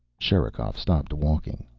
sherikov stopped walking.